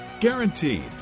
Guaranteed